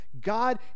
God